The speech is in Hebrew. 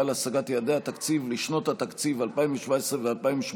להשגת יעדי התקציב לשנות התקציב 2017 ו-2018)